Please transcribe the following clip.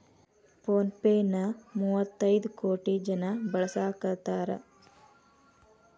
phone pay ನ ಮುವ್ವತೈದ್ ಕೋಟಿ ಜನ ಬಳಸಾಕತಾರ